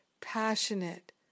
passionate